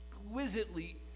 exquisitely